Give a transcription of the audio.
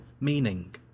meaning